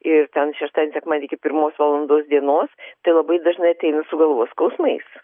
ir ten šeštadienį sekmadienį iki pirmos valandos dienos tai labai dažnai ateina su galvos skausmais